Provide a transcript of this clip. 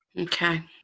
Okay